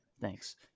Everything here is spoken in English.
Thanks